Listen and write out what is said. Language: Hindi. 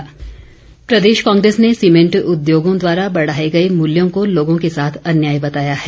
कांग्रेस प्रदेश कांग्रेस ने सीमेंट उद्योगों द्वारा बढ़ाए गए मूल्यों को लोगों के साथ अन्याय बताया है